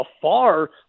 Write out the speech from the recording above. afar